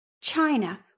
China